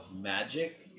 magic